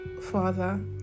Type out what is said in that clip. Father